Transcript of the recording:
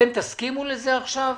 אתם תסכימו לזה עכשיו?